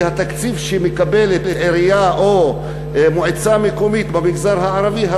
כי התקציב שמקבלת עירייה או מועצה מקומית במגזר הערבי הוא